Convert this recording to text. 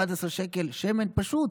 11 שקלים לשמן פשוט,